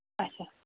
اَچھا